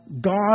God